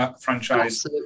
franchise